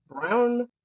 brown